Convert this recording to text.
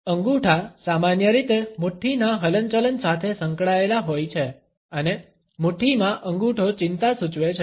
અંગૂઠા સામાન્ય રીતે મુઠ્ઠીના હલનચલન સાથે સંકળાયેલા હોય છે અને મુઠ્ઠીમાં અંગૂઠો ચિંતા સૂચવે છે